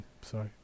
sorry